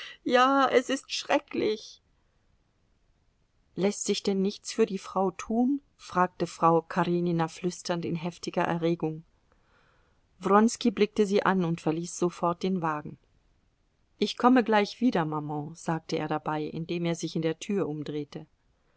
ja es ist schrecklich läßt sich denn nichts für die frau tun fragte frau karenina flüsternd in heftiger erregung wronski blickte sie an und verließ sofort den wagen ich komme gleich wieder maman sagte er dabei indem er sich in der tür umdrehte